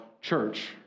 church